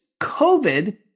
covid